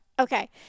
Okay